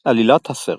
עלילת הסרט